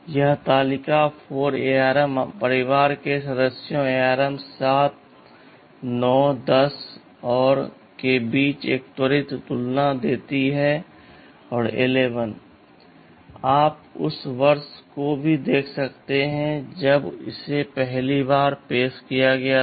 यह तालिका 4 ARM परिवार के सदस्यों ARM 7 9 10 और के बीच एक त्वरित तुलना देती है 11 आप उस वर्ष को भी देख सकते हैं जब इसे पहली बार पेश किया गया था